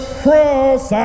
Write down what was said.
cross